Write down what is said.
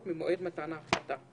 תתכנס ותקבל החלטה.